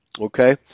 okay